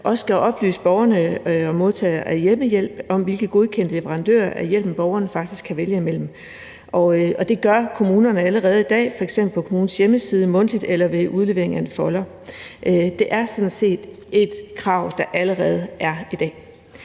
også skal oplyse borgerne og modtagere af hjemmehjælp om, hvilke godkendte leverandører af hjælpen borgerne faktisk kan vælge imellem. Det gør kommunerne allerede i dag, f.eks. på kommunens hjemmeside, mundtligt eller ved udlevering af en folder. Det er sådan set et krav, der allerede findes i dag.